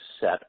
set